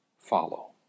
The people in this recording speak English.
follow